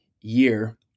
year